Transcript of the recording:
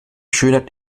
schönheit